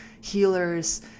healers